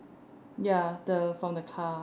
ya the from the car